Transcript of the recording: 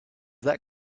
that